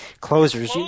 closers